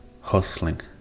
hustling